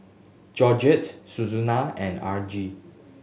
Georgene Susana and Argie